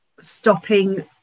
stopping